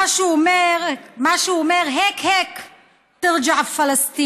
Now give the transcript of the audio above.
מה שהוא אומר: (אומרת בערבית: כך או כך,